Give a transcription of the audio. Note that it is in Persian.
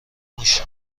موش